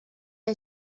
han